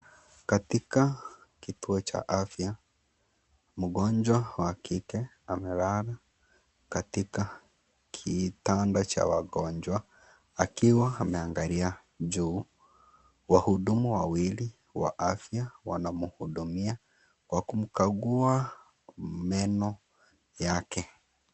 Katika kituo cha afya, mgonjwa wa kike amelala katika kitanda cha wagonjwa akiwa ameangalia juu . Wahudumu wawili wa afya wanamhudumia kwa kumkagua meno yake.